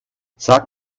sag